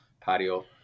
patio